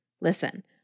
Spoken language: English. Listen